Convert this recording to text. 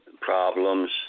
problems